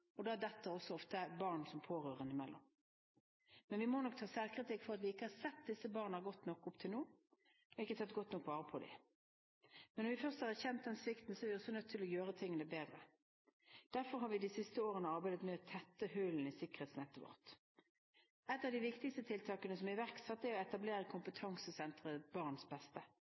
og da detter også ofte barn som pårørende imellom. Vi må nok ta selvkritikk for at vi ikke har sett disse barna godt nok opp til nå og ikke tatt godt nok vare på dem. Men når vi først har erkjent den svikten, er vi også nødt til å gjøre tingene bedre. Derfor har vi de siste årene arbeidet med å tette hullene i sikkerhetsnettet vårt. Et av de viktigste tiltakene som er iverksatt, er å etablere